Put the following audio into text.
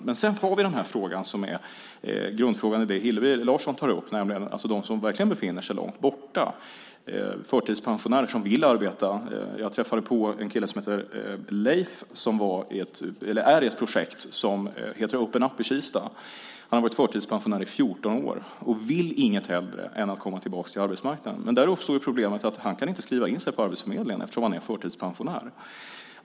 Men sedan har vi den fråga som är grundfrågan i det som Hillevi Larsson tar upp, nämligen de som verkligen befinner sig långt borta, förtidspensionärer som vill arbeta. Jag träffade på en kille som heter Leif, som är i ett projekt som heter Open up i Kista. Han har varit förtidspensionär i 14 år och vill inget hellre än att komma tillbaka till arbetsmarknaden. Men där uppstår ju problemet att han inte kan skriva in sig på arbetsförmedlingen eftersom han är förtidspensionär.